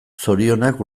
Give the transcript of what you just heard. zorionak